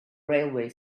railway